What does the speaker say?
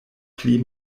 pli